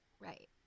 right